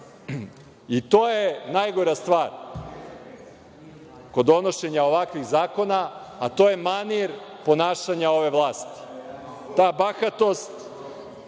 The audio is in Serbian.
je najgora stvar kod donošenja ovakvih zakona, a to je manir ponašanja ove vlasti, ta bahatost,